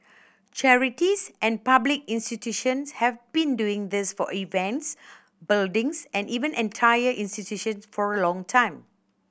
charities and public institutions have been doing this for events buildings and even entire institutions for a long time